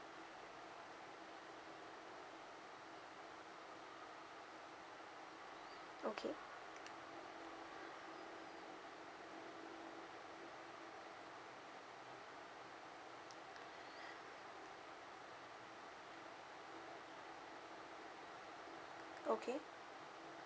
okay okay